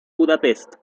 budapest